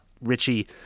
Richie